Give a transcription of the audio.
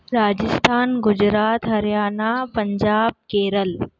Rajasthan Gujarat Haryana Punjab Kerala